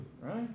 right